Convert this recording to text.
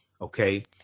okay